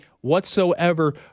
whatsoever